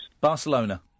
Barcelona